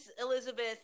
Elizabeth